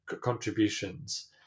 contributions